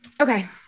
Okay